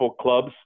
clubs